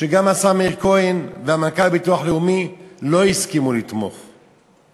שגם השר מאיר כהן ומנכ"ל הביטוח הלאומי לא הסכימו לתמוך בה.